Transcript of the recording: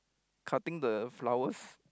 cutting the flowers